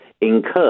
incurred